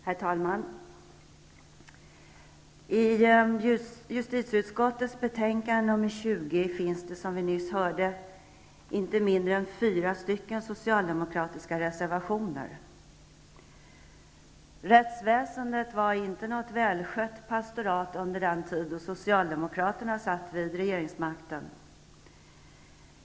Herr talman! I justitieutskottets betänkande 20 finns det, som vi nyss hörde, inte mindre än fyra socialdemokratiska reservationer. Rättsväsendet var inte något välskött pastorat under den tid som Socialdemokraterna satt vid regeringsmakten.